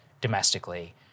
domestically